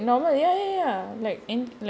normal lah wait normal ya ya ya like in like is